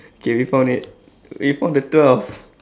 okay we found it we found the twelve